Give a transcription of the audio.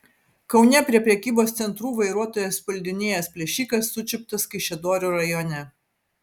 kaune prie prekybos centrų vairuotojas puldinėjęs plėšikas sučiuptas kaišiadorių rajone